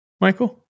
Michael